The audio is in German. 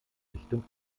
richtung